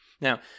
Now